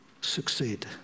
succeed